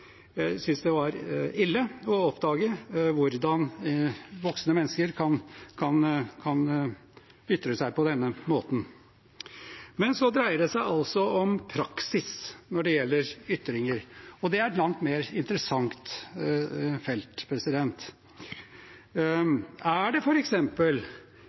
syntes det var ille å oppdage hvordan voksne mennesker kan ytre seg på denne måten. Det dreier seg altså om praksis når det gjelder ytringer, og det er et langt mer interessant felt. Er det